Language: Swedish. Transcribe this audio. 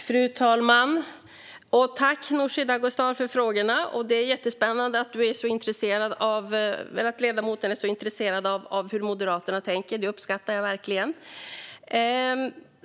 Fru talman! Tack, Nooshi Dadgostar, för frågorna! Det är jättespännande att ledamoten är så intresserad av hur Moderaterna tänker. Det uppskattar jag verkligen.